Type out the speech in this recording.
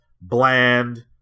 bland